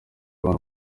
abana